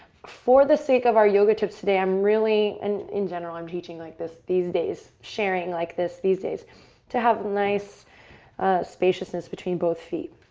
for the sake of our yoga tips today, i'm really and in general teaching like this these days, sharing like this these days to have nice spaciousness between both feet.